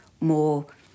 more